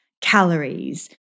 calories